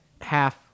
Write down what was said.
half